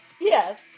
Yes